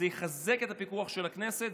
זה יחזק את הפיקוח של הכנסת,